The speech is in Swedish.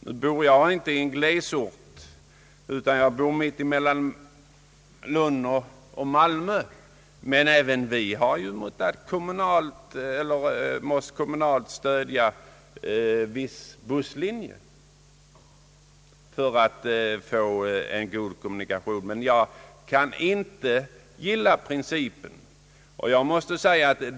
Nu bor jag inte i en glesort, utan jag bor mitt emellan Lund och Malmö, men även vi har ju måst kommunalt stödja viss busslinje för att få en god kommunikation. Jag kan emellertid inte gilla principen.